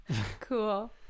Cool